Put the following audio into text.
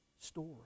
story